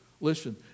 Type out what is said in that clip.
Listen